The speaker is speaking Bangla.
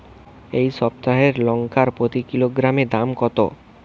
এই সপ্তাহের লঙ্কার প্রতি কিলোগ্রামে দাম কত?